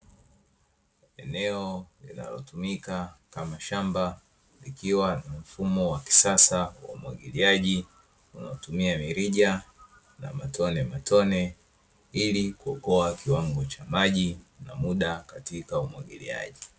Eneo linalotumika kama shamba, likiwa na mfumo wa kisasa wa umwagiliaji, unaotumia mirija na matonematone ili kuokoa kiwango cha maji na muda katika umwagiliaji.